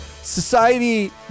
society